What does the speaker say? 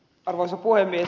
arvoisa puhemies